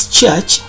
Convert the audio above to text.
church